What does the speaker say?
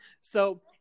So-